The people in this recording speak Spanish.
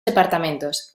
departamentos